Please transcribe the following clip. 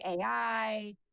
AI